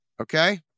Okay